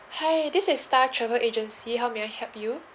hi this is star travel agency how may I help you